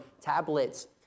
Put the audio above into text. tablets